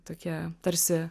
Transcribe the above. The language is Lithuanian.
tokia tarsi